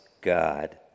God